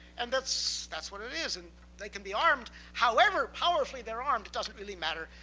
and that's that's what it is. and they can be armed. however powerfully they're armed, it doesn't really matter,